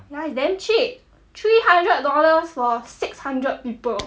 ya it's damn cheap three hundred dollars for six hundred people